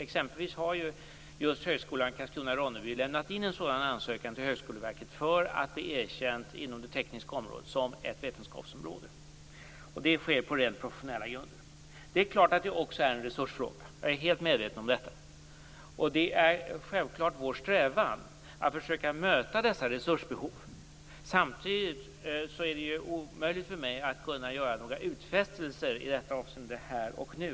Exempelvis har just Högskolan Karlskrona/Ronneby lämnat in en ansökan till Högskoleverket om att bli erkänd inom det tekniska vetenskapsområdet. Denna bedömning görs på rent professionella grunder. Naturligtvis är det också är en resursfråga. Jag är helt medveten om detta. Det är självklart vår strävan att försöka möta dessa resursbehov. Samtidigt är det omöjligt för mig att göra några utfästelser i detta avseende här och nu.